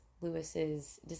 Lewis's